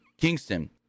Kingston